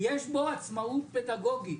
יש בו עצמאות פדגוגית,